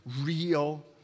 real